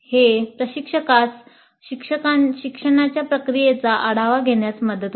हे प्रशिक्षकास शिक्षणाच्या प्रक्रियेचा आढावा घेण्यास मदत होते